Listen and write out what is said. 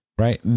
Right